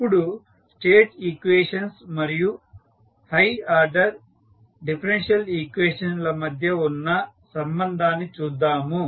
ఇప్పుడు state equations మరియు high order differential equations ల మధ్య ఉన్న సంబంధాన్ని చూద్దాము